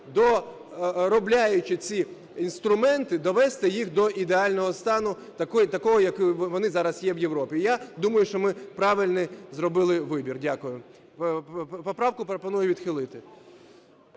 доробляючи ці інструменти, довести їх до ідеального стану, такого як вони зараз є в Європі. Я думаю, що ми правильний зробили вибір. Дякую. поправку пропоную відхилити.